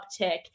uptick